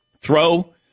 Throw